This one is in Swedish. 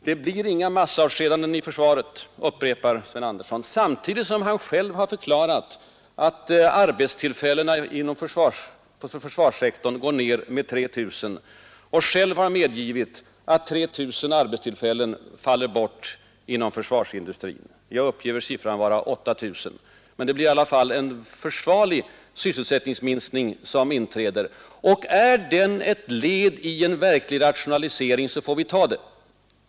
Det blir inga massavskedanden i försvaret, upprepar Sven Andersson, samtidigt som han själv förklarar att arbetstillfällena på försvarssektorn går ner med 3 000. Och han medger att 3 000 arbetstillfällen faller bort inom försvarsindustrin. Jag har uppgett siffran 8000. Under alla förhållanden blir det en försvarlig sysselsättningsminskning. Är den ett led i en verklig rationalisering, så får vi ta den.